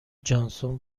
جانسون